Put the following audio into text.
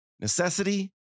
necessity